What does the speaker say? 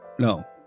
No